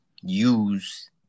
use